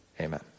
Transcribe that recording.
Amen